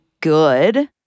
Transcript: good